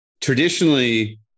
traditionally